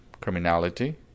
criminality